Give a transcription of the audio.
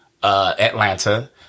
Atlanta